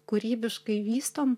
kūrybiškai vystom